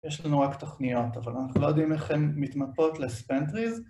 יש לנו רק תוכניות, אבל אנחנו לא יודעים איך הן מתמפות לספנטריז.